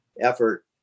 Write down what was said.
effort